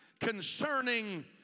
concerning